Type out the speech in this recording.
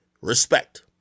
respect